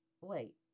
wait